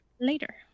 later